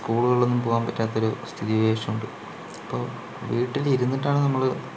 സ്കൂളുകളിലൊന്നും പോകാൻ പറ്റാത്തൊരു സ്ഥിതിവിശേഷം ഉണ്ട് ഇപ്പോൾ വീട്ടിലിരുന്നിട്ടാണ് നമ്മള്